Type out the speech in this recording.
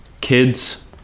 kids